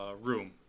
room